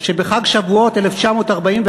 שבחג שבועות 1941,